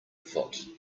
foot